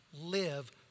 live